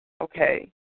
okay